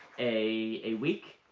a week,